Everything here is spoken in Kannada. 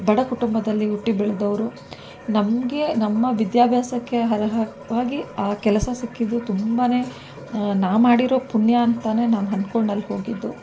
ಬಡ ಕುಟುಂಬದಲ್ಲಿ ಹುಟ್ಟಿ ಬೆಳೆದವರು ನಮಗೆ ನಮ್ಮ ವಿದ್ಯಾಭ್ಯಾಸಕ್ಕೆ ವಾಗಿ ಆ ಕೆಲಸ ಸಿಕ್ಕಿದ್ದು ತುಂಬನೇ ನಾನು ಮಾಡಿರೋ ಪುಣ್ಯ ಅಂತನೇ ನಾನು ಅಂದ್ಕೊಡು ಅಲ್ಲಿ ಹೋಗಿದ್ದು